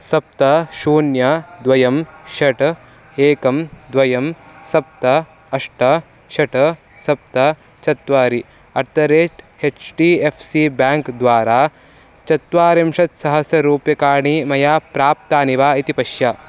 सप्त शून्यं द्वे षट् एकं द्वे सप्त अष्ट षट् सप्त चत्वारि at the rate H D F C bank द्वारा चत्वारिंशत्सहस्ररूप्यकाणि मया प्राप्तानि वा इति पश्य